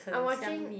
I'm watching